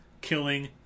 killing